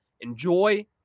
Enjoy